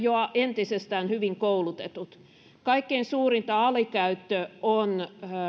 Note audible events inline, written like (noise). (unintelligible) jo entisestään hyvin koulutetut kaikkein suurinta alikäyttö on